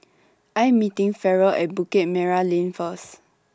I'm meeting Ferrell At Bukit Merah Lane First